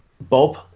Bob